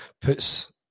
puts